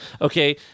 Okay